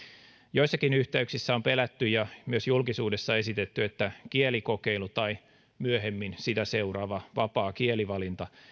joissakin yhteyksissä on pelätty ja myös julkisuudessa esitetty että kielikokeilu tai myöhemmin sitä seuraava vapaa kielivalinta